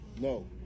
No